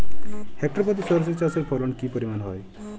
Hectare প্রতি সর্ষে চাষের ফলন কি পরিমাণ হয়?